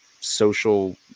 social